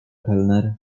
kelner